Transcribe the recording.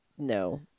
No